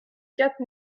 quatre